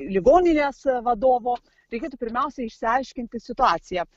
ligoninės vadovo reikėtų pirmiausia išsiaiškinti situaciją